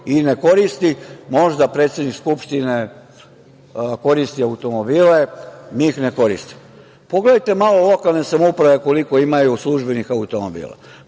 i ne koristi. Možda predsednik Skupštine koristi automobile, mi ih ne koristimo. Pogledajte malo lokalne samouprave koliko imaju službenih automobila.